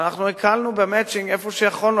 אנחנו הקלנו ב"מצ'ינג" איפה שיכולנו,